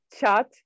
chat